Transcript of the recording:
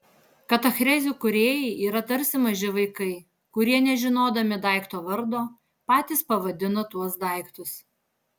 katachrezių kūrėjai yra tarsi maži vaikai kurie nežinodami daikto vardo patys pavadina tuos daiktus